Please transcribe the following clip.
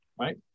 right